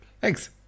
Thanks